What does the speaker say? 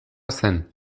zen